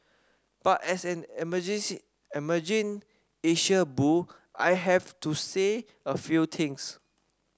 but as an emergence emerging Asia bull I have to say a few things